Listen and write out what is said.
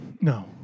No